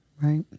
Right